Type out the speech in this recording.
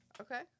Okay